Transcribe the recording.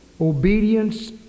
obedience